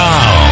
Now